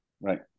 Right